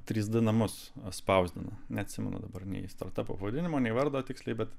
trys d namus atspausdino neatsimenu dabar nei startapo pavadinimo nei vardo tiksliai bet